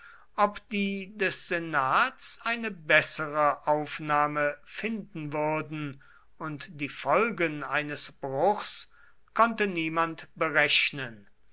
ob die des senats eine bessere aufnahme finden würden und die folgen eines bruchs konnte niemand berechnen